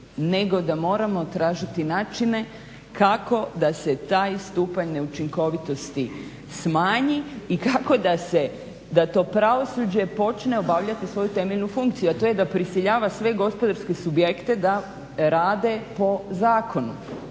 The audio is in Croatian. nego da moramo tražiti načine kako da se taj stupanj neučinkovitosti smanji i kako da to pravosuđe počne obavljati svoju temeljnu funkciju, a to je da prisiljava sve gospodarske subjekte da rade po zakonu.